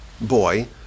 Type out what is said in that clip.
boy